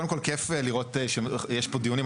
קודם כל, כיף לראות שיש פה דיונים.